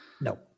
No